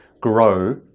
grow